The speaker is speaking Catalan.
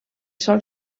sol